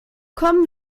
kommen